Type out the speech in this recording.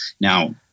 Now